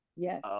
yes